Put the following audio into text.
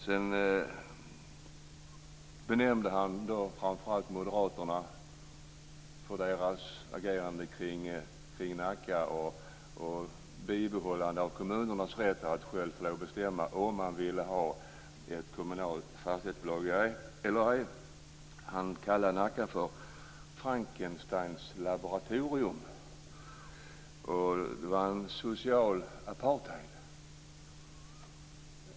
Sedan nämnde han framför allt moderaterna för deras agerande kring Nacka och viljan att bibehålla kommunernas rätt att själva få bestämma om de vill ha ett kommunalt fastighetsbolag eller ej. Han kallade Nacka för Frankensteins laboratorium och sade att det var en social apartheid.